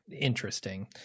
interesting